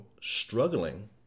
struggling